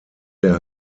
der